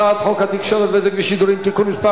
הצעת חוק התקשורת (בזק ושידורים) (תיקון מס'